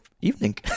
evening